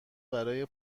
برای